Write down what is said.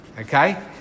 okay